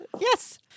Yes